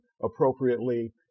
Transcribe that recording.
appropriately